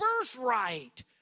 birthright